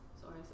sorry